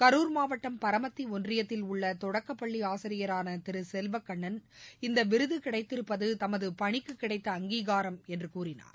கரூர் மாவட்டம் பரமத்தி ஒன்றியத்தில் உள்ள தொடக்கப்பள்ளி ஆசிரியரான திரு செல்வக்கண்ணன் இந்த விருது கிடைத்திருப்பது தமது பணிக்கு கிடைத்த அங்கீகாரம் என்று கூறினார்